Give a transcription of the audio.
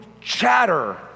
chatter